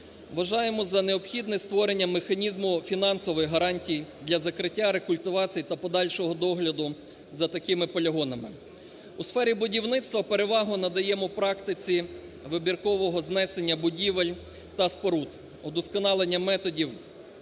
Вважаємо за необхідне створення механізму фінансової гарантій для закриття, рекультивації та подальшого догляду за такими полігонами. У сфері будівництва перевагу надаємо практиці вибіркового знесення будівель та споруд, удосконалення методів